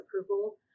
approval